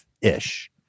ish